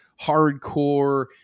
hardcore